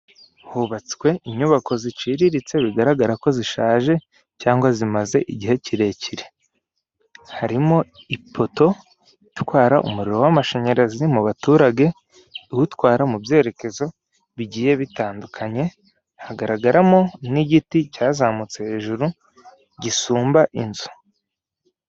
Hubatswe nyubako ziciriritse zigaragara ko zishaje cyangwa zimaze igihe kirekire. Harimo ipoto itwara umuriro w'amashanyarazi mu baturage butwara mu byerekezo igihe bitandukanye, hagaragaramo n'igiti cyazamutse hejuru gisumba inzu.